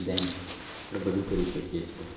than આપણે બધું કરી શકીએ છીએ